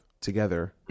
together